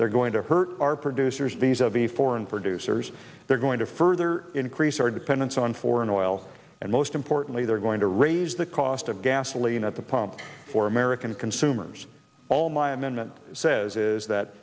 they're going to hurt our producers these of the foreign producers they're going to further increase our dependence on foreign oil and most importantly they're going to raise the cost of gasoline at the pump for american consumers all my amendment says is that